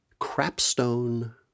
Crapstone